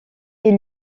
est